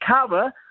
cover